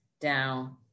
down